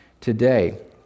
today